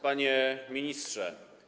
Panie Ministrze!